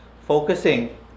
focusing